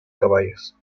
caballos